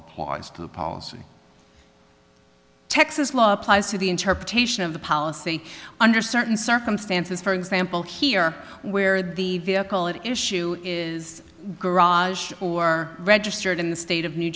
applies to the policy texas law applies to the interpretation of the policy under certain circumstances for example here where the vehicle at issue is garage or registered in the state of new